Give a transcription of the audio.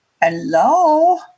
Hello